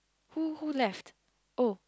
who who left oh